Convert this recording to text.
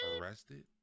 arrested